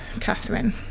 Catherine